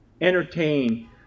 entertain